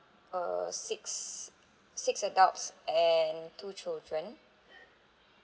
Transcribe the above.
uh six six adults and two children